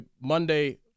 Monday